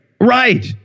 Right